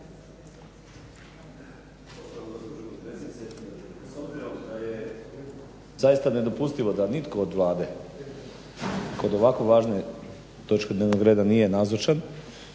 zaista nedopustivo da nitko od Vlade kod ovako važne točke dnevnog reda nije nazočan.